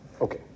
Okay